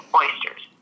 oysters